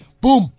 boom